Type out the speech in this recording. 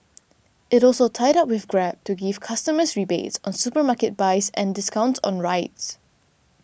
it also tied up with Grab to give customers rebates on supermarket buys and discounts on rides